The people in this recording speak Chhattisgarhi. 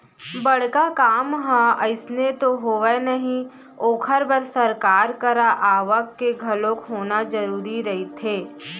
बड़का काम ह अइसने तो होवय नही ओखर बर सरकार करा आवक के घलोक होना जरुरी रहिथे